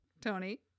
tony